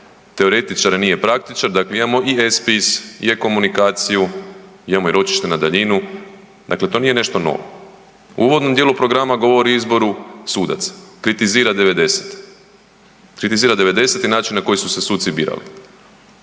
teoretičar, nije praktičar, dakle mi imamo i e-spis, i e-komunikaciju, imamo i ročišta na daljinu, dakle to nije nešto novo. U uvodom dijelu programa govori o izboru sudaca, kritizira '90.-te, kritizira '90.-te i način na koji su se suci birali